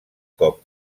cop